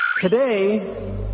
Today